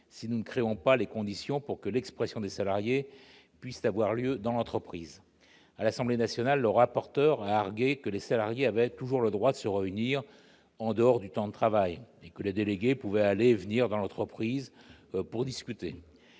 si nous ne créons pas les conditions pour que l'expression des salariés puisse avoir lieu dans l'entreprise ? À l'Assemblée nationale, le rapporteur a argué que les salariés avaient toujours le droit de se réunir en dehors du temps de travail et que les délégués pouvaient aller et venir dans l'entreprise pour discuter.